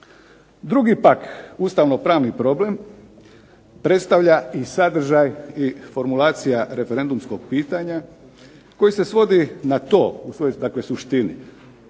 Drugi pak ustavno-pravni problem predstavlja i sadržaj i formulacija referendumskog pitanja koji se svodi na to u svojoj dakle suštini